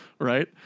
right